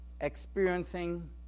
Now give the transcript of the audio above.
experiencing